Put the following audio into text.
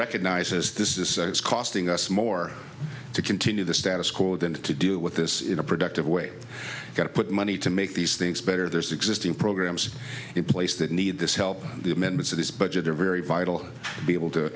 recognizes this is it's costing us more to continue the status quo than to do with this in a productive way to put money to make these things better there's existing programs in place that need this help the amendments of this budget are very vital to be able to